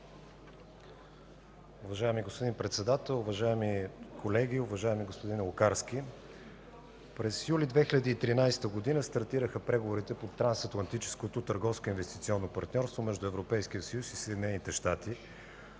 Уважаеми господин Председател, уважаеми колеги! Уважаеми господин Лукарски, през юли 2013 г. стартираха преговорите по Трансатлантическото търговско и инвестиционно партньорство между Европейския съюз и Съединените щати.